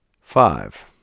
five